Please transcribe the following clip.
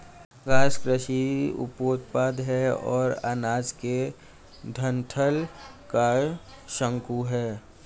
घास कृषि उपोत्पाद है और अनाज के डंठल का शंकु है